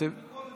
על מכשיר,